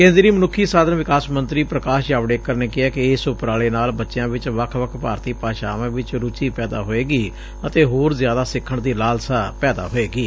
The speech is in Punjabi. ਕੇਦਰੀ ਮਨੁੱਖੀ ਸਾਧਨ ਵਿਕਾਸ ਮੰਤਰੀ ਪੁਕਾਸ਼ ਜਾਵਡੇਕਰ ਨੇ ਕਿਹੈ ਕਿ ਇਸ ਉਪਰਾਲੇ ਨਾਲ ਬਚਿਆਂ ਵਿਚ ਵੱਖ ਵੱਖ ਭਾਰਤੀ ਭਾਸ਼ਾਵਾਂ ਵਿਚ ਰੁਚੀ ਪੈਦਾ ਹੋਏਗੀ ਅਤੇ ਹੋਰ ਜ਼ਿਆਦਾ ਸਿਖਣ ਦੀ ਲਾਲਸਾ ਪੈਦਾ ਹੋਏਗੀ